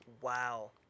Wow